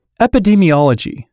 Epidemiology